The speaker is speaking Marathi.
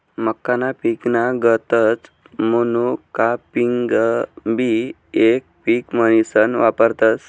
मक्काना पिकना गतच मोनोकापिंगबी येक पिक म्हनीसन वापरतस